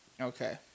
Okay